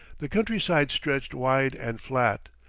the country-side stretched wide and flat,